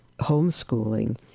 homeschooling